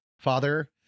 father